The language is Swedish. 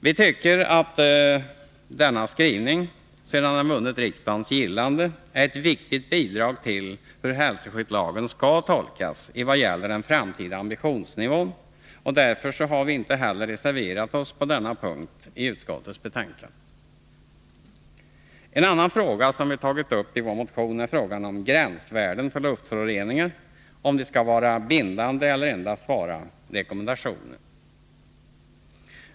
Vi tycker att denna skrivning, sedan den vunnit riksdagens gillande, är ett viktigt bidrag till hur hälsoskyddslagen skall tolkas när det gäller den framtida ambitionsnivån, och därför har vi inte heller reserverat oss på denna punkt i utskottets betänkande. En annan fråga som vi tagit upp i vår motion gäller om gränsvärden för luftföroreningar skall vara bindande eller endast vara rekommendationer.